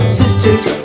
sisters